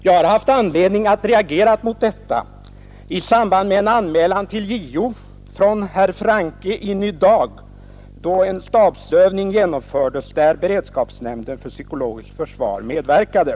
Jag har haft anledning att reagera mot detta i samband med en anmälan till JO från herr Francke i Ny Dag då en stabsövning genomfördes, vid vilken beredskapsnämnden för psykologiskt försvar medverkade.